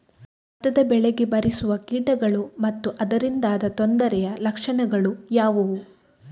ಭತ್ತದ ಬೆಳೆಗೆ ಬಾರಿಸುವ ಕೀಟಗಳು ಮತ್ತು ಅದರಿಂದಾದ ತೊಂದರೆಯ ಲಕ್ಷಣಗಳು ಯಾವುವು?